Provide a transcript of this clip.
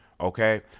Okay